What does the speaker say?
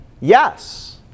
yes